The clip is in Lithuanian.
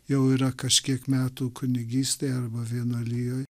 jau yra kažkiek metų kunigystėj arba vienuolijoj